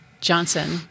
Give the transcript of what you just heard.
Johnson